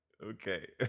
Okay